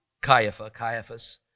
Caiaphas